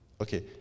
Okay